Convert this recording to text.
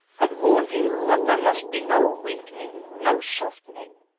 had warned him that there must be no weakening, no softening.